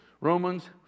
Romans